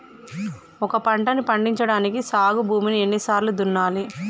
ఒక పంటని పండించడానికి సాగు భూమిని ఎన్ని సార్లు దున్నాలి?